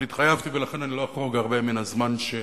אבל התחייבתי, ולכן לא אחרוג הרבה מהזמן שדיברתי.